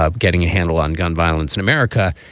ah getting a handle on gun violence in america.